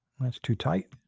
that's too tight.